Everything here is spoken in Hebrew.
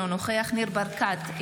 אינו נוכח ניר ברקת,